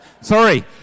Sorry